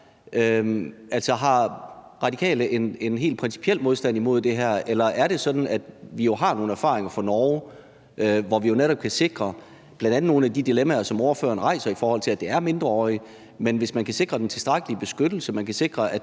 er: Har Radikale en helt principiel modstand imod det her, eller er det sådan, at vi jo har nogle erfaringer fra Norge, som gør, at vi netop kan håndtere nogle af de dilemmaer, som ordføreren rejser, altså at det f.eks. er mindreårige? Men hvis man kan sikre den tilstrækkelige beskyttelse og man kan sikre, at